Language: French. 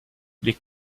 les